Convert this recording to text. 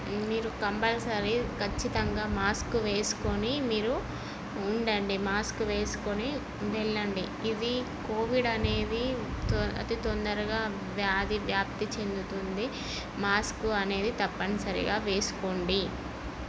మీరు కంపల్సరీ ఖచ్చితంగా మాస్క్ వేస్కోని మీరు ఉండండి మాస్క్ వేస్కోని వెళ్లండి ఇవి కోవిడ్ అనేది తొం అతి తొందరగా వ్యాధి వ్యాప్తి చెందుతుంది మాస్కు అనేది తప్పనిసరిగా వేస్కోండి